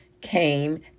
came